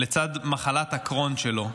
לצד מחלת הקרוהן שלו.